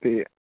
ਅਤੇ